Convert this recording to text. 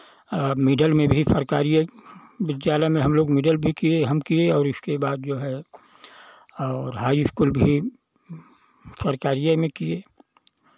middle में भी सरकारिये विद्यालय में हमलोग मिडिल भी किये हम किये और इसके बाद जो है और हाई स्कूल भी सरकारिये में किये